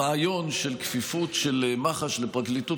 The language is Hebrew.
הרעיון של כפיפות של מח"ש לפרקליטות